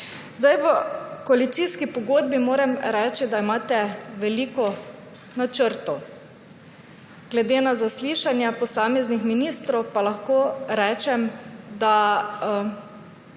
V koalicijski pogodbi, moram reči, imate veliko načrtov. Glede na zaslišanja posameznih ministrov pa lahko rečem, da